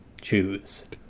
choose